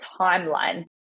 timeline